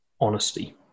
honesty